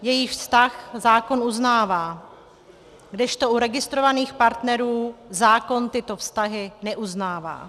Jejich vztah zákon uznává, kdežto u registrovaných partnerů zákon tyto vztahy neuznává.